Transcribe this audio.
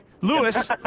Lewis